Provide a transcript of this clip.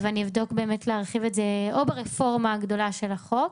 אני אבדוק להרחיב את זה או ברפורמה הגדולה של החוק